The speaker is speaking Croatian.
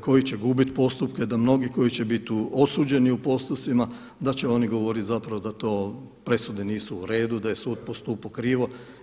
koji će gubiti postupke, da mnogi koji će biti osuđeni u postupcima da će oni govoriti zapravo da to, presude nisu u redu, da je sud postupao krivo.